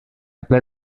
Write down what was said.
ple